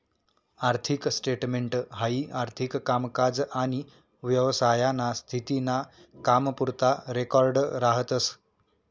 आर्थिक स्टेटमेंट हाई आर्थिक कामकाज आनी व्यवसायाना स्थिती ना कामपुरता रेकॉर्ड राहतस